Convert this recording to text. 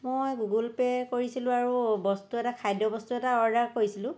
মই Google Pay কৰিছিলোঁ আৰু বস্তু এটা খাদ্যবস্তু এটা অৰ্ডাৰ কৰিছিলোঁ